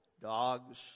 dogs